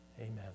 Amen